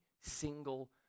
single